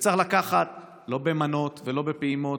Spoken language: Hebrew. וצריך לקחת, לא במנות ולא בפעימות.